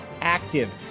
active